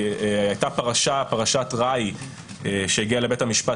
הייתה פרשת ראעי שהגיעה לבית המשפט